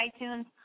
iTunes